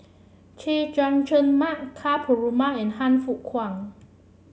Chay Jung Jun Mark Ka Perumal and Han Fook Kwang